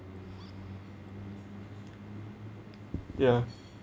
ya